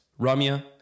Ramya